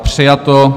Přijato.